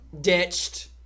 Ditched